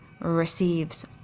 receives